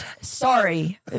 Sorry